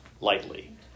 lightly